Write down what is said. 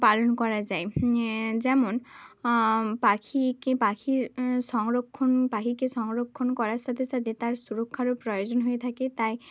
পালন করা যায় যেমন পাখিকে পাখির সংরক্ষণ পাখিকে সংরক্ষণ করার সাথে সাথে তার সুরক্ষারও প্রয়োজন হয়ে থাকে তাই